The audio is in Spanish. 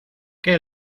que